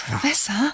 Professor